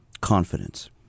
confidence